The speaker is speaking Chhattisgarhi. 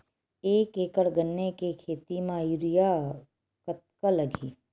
एक एकड़ गन्ने के खेती म यूरिया कतका लगही?